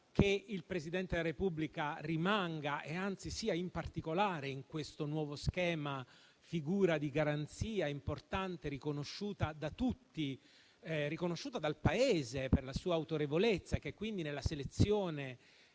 che il Presidente della Repubblica sia, in particolare nel nuovo schema, una figura di garanzia importante, riconosciuta da tutti e riconosciuta dal Paese per la sua autorevolezza; che quindi nella selezione